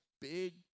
big